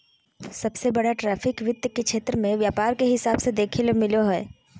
सबसे बड़ा ट्रैफिक वित्त के क्षेत्र मे व्यापार के हिसाब से देखेल मिलो हय